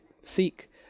seek